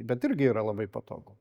bet irgi yra labai patogu